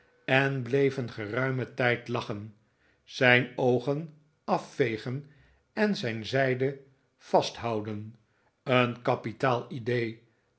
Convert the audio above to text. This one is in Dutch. en bleef een geruimen tijd lachen zijn oogen afvegen en zijn zijden vasthouden een kapitaal idee